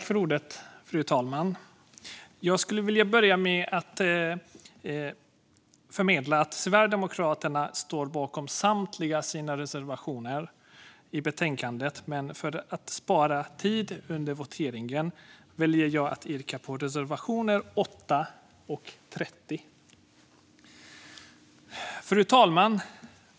Fru talman! Jag skulle vilja börja med att förmedla att Sverigedemokraterna står bakom samtliga sina reservationer i betänkandet, men för att spara tid under voteringen väljer jag att yrka bifall endast till reservationerna 8 och 30. Fru talman!